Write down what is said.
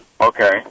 Okay